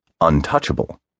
untouchable